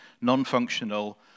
non-functional